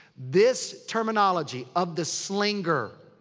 this terminology of the slinger.